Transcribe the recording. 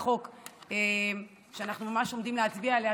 החוק שאנחנו עומדים ממש להצביע עליה,